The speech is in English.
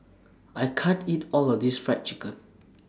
I can't eat All of This Fried Chicken